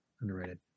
Underrated